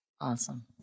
Awesome